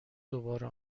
دوباره